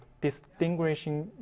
distinguishing